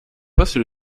poste